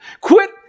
Quit